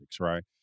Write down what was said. right